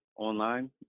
Online